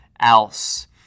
else